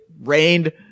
rained